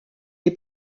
est